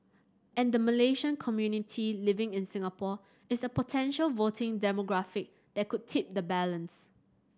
and the Malaysian community living in Singapore is a potential voting demographic that could tip the balance